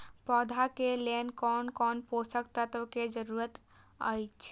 पौधा के लेल कोन कोन पोषक तत्व के जरूरत अइछ?